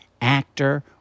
actor